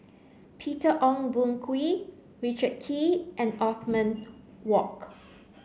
Peter Ong Boon Kwee Richard Kee and Othman Wok